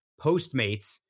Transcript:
Postmates